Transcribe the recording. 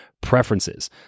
preferences